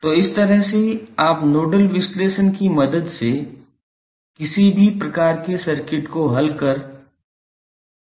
तो इस तरह से आप नोडल विश्लेषण की मदद से किसी भी प्रकार के सर्किट को हल कर सकते हैं